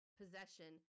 possession